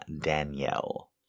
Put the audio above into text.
Danielle